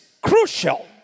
crucial